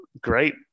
Great